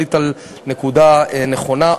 עלית על נקודה נכונה.